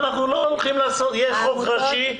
אנחנו לא הולכים לעשות, יש חוק ראשי.